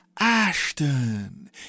Ashton